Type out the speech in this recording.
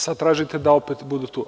Sada tražite da opet budu tu.